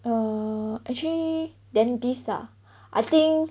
err actually dentist ah I think